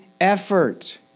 effort